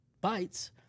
bites